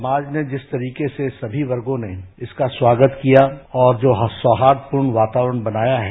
समाज ने जिस तरह से सभी वर्गों ने इसका स्वागत किया और जो सौहार्दपूर्ण वातावरण बनाया है